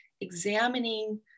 examining